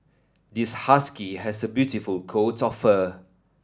this husky has a beautiful coat of fur